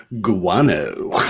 Guano